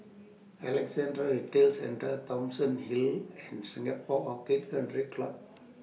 Alexandra Retail Centre Thomson Hill and Singapore Orchid Country Club